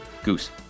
Goose